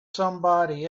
somebody